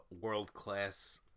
world-class